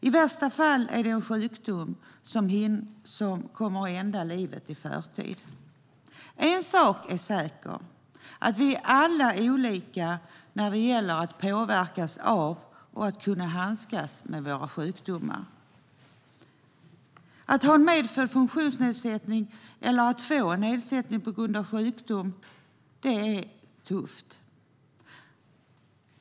I värsta fall är det en sjukdom som kommer att ända ens liv i förtid. En sak är säker: Vi är alla olika när det gäller att påverkas av och att kunna handskas med våra sjukdomar. Att ha en medfödd funktionsnedsättning eller att få en nedsättning på grund av sjukdom är tufft.